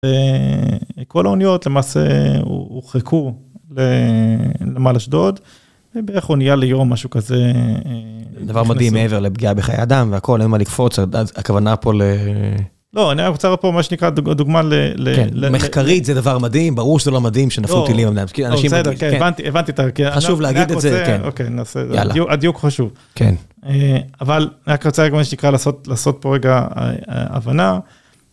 כל האוניות למעשה הורחקו לנמל אשדוד, ובאיך הוא נהיה ליום משהו כזה. דבר מדהים מעבר לפגיעה בחיי אדם והכל, אין מה לקפוץ, הכוונה פה ל... לא, אני רוצה פה מה שנקרא, דוגמה למה... מחקרית זה דבר מדהים, ברור שזה לא מדהים שנפלו טילים. לא, בסדר, הבנתי, הבנתי את ???. חשוב להגיד את זה, כן. אוקיי, נעשה את זה. הדיוק חשוב. כן. אבל מה שאני רוצה להגיד, מה שנקרא לעשות פה רגע, הבנה,